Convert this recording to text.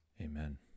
Amen